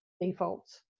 defaults